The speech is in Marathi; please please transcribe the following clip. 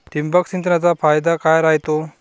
ठिबक सिंचनचा फायदा काय राह्यतो?